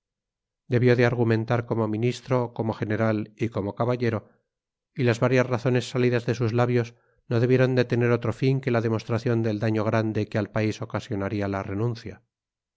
debió de argumentar como ministro como general y como caballero y las varias razones salidas de sus labios no debieron de tener otro fin que la demostración del daño grande que al país ocasionaría la renuncia